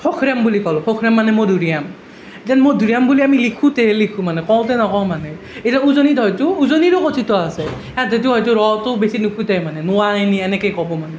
শখৰাম বুলি ক'লোঁ শখৰাম মানে মধুৰি আম মধুৰি আম বুলি আমি লিখোতেহে লিখোঁ মানে কওঁতে নকওঁ মানে এতিয়া উজনিত হয়টো উজনিৰো কথিত আছে তাত এইটো হয়টো ৰ টো বেছি নুফুটে মানে নোৱাইম এনেকৈ ক'ব মানে